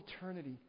eternity